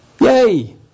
Yay